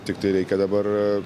tiktai reikia dabar